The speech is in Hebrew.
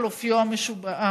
על אופיו המיוחד.